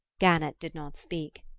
gannett did not speak.